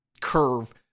curve